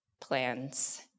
plans